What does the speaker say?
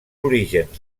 orígens